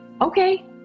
okay